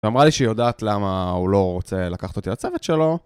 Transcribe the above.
היא אמרה לי שהיא יודעת למה הוא לא רוצה לקחת אותי לצוות שלו